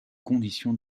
conditions